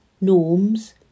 norms